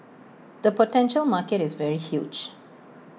the potential market is very huge